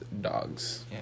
dogs